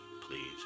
please